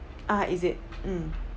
ah is it mm